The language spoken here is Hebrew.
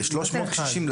ל-3,000 קשישים?